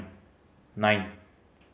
nine